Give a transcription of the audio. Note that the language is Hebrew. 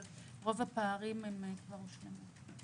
אבל רוב הפערים כבר הושלמו.